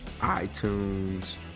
iTunes